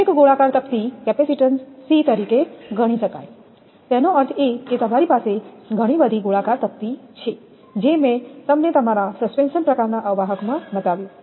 અને દરેક ગોળાકાર તક્તી કેપેસિટર c તરીકે ગણી શકાય તેનો અર્થ એ કે તમારી પાસે ઘણી બધી ગોળાકાર તક્તી છે જે મેં તમને તમારા સસ્પેન્શન પ્રકારનાં અવાહક માં બતાવ્યું